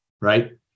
right